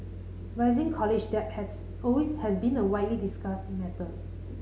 rising college debt have always has been a widely discussed matter